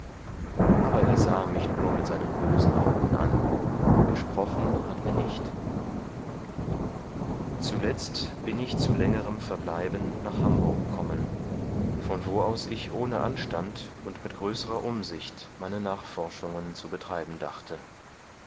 aber er sahe mich nur mit seinen bösen augen an gesprochen hat er nicht zuletzt bin ich zu längerem verbleiben nach hamburg kommen von wo aus ich ohne anstand und mit größerer umsicht meine nachforschungen zu betreiben dachte